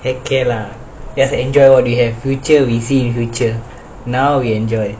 heck care lah just enjoy [what]you have future we see in future now we enjoy